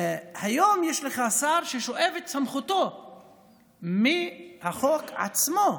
היום יש לך שר ששואב את סמכותו מהחוק עצמו.